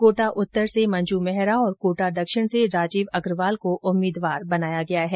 कोटा उत्तर से मंजू मेहरा और कोटा दक्षिण से राजीव अग्रवाल को उम्मीदवार बनाया गया है